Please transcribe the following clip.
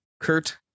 Kurt